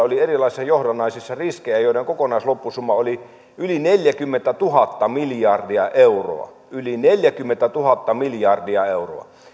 oli erilaisissa johdannaisissa riskejä joiden kokonaisloppusumma oli yli neljäkymmentätuhatta miljardia euroa yli neljäkymmentätuhatta miljardia euroa